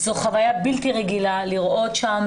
זו חוויה בלתי רגילה לראות שם,